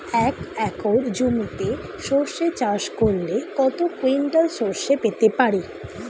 এক একর জমিতে সর্ষে চাষ করলে কত কুইন্টাল সরষে পেতে পারি?